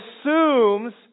assumes